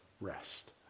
rest